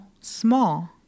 small